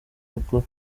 rukuru